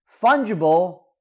Fungible